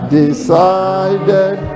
decided